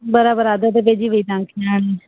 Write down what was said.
बराबरि आदत पंहिंजी वई तव्हां खे हाणे